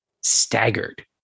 staggered